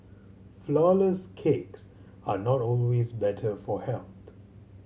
flourless cakes are not always better for health